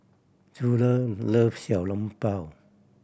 Judah loves Xiao Long Bao